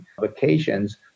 vacations